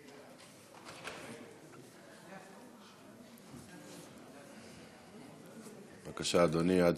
בבקשה, אדוני.